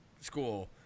school